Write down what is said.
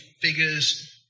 figures